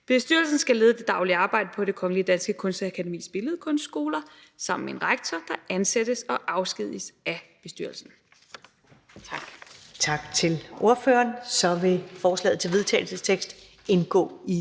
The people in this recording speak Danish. Bestyrelsen skal lede det daglige arbejde på Det Kongelige Danske Kunstakademis Billedkunstskoler sammen med en rektor, der ansættes og afskediges af bestyrelsen.« (Forslag til vedtagelse nr.